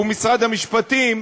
והוא משרד המשפטים,